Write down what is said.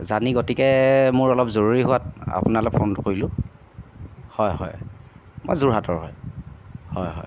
জানি গতিকে মোৰ অলপ জৰুৰী হোৱাত আপোনালৈ ফোনটো কৰিলোঁ হয় হয় মই যোৰহাটৰ হয় হয় হয়